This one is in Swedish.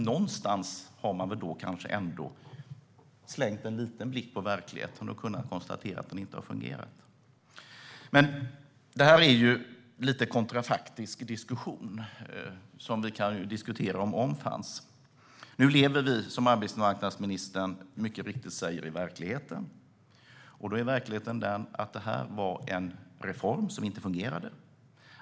Någonstans har man väl ändå kastat en blick på verkligheten och kunnat konstatera att denna politik inte fungerar. Det är en lite kontrafaktisk diskussion där vi diskuterar huruvida "om" fanns. Nu lever vi - som arbetsmarknadsministern mycket riktigt säger - i verkligheten. Då är verkligheten den att detta var en reform som inte fungerade.